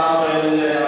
אדוני,